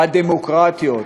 בדמוקרטיות,